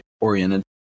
oriented